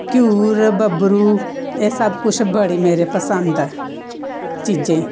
घ्यूर बब्बरू एह् सब कुछ बड़ा मेरे पसंद ऐ चीजें